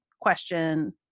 question